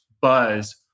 buzz